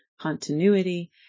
continuity